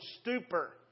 stupor